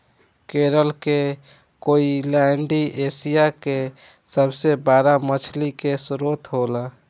केरल के कोईलैण्डी एशिया के सबसे बड़ा मछली के स्त्रोत होला